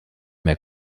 mehr